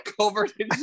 covered